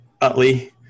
Utley